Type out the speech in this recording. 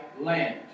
land